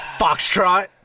Foxtrot